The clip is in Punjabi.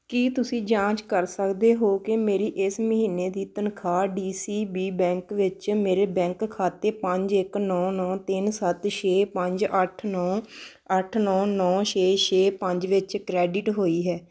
ਕੀ ਤੁਸੀਂ ਜਾਂਚ ਕਰ ਸਕਦੇ ਹੋ ਕਿ ਮੇਰੀ ਇਸ ਮਹੀਨੇ ਦੀ ਤਨਖਾਹ ਡੀ ਸੀ ਬੀ ਬੈਂਕ ਵਿੱਚ ਮੇਰੇ ਬੈਂਕ ਖਾਤੇ ਪੰਜ ਇੱਕ ਨੌਂ ਨੌਂ ਤਿੰਨ ਸੱਤ ਛੇ ਪੰਜ ਅੱਠ ਨੌਂ ਅੱਠ ਨੌਂ ਨੌਂ ਛੇ ਛੇ ਪੰਜ ਵਿੱਚ ਕਰੈਡਿਟ ਹੋਈ ਹੈ